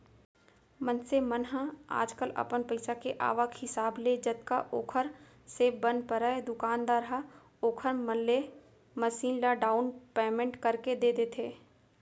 मनसे मन ह आजकल अपन पइसा के आवक हिसाब ले जतका ओखर से बन परय दुकानदार ह ओखर मन ले मसीन ल डाउन पैमेंट करके दे देथे